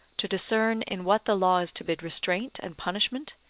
to discern in what the law is to bid restraint and punishment,